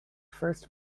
first